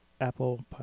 apple